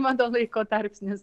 mano laiko tarpsnis